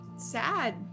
Sad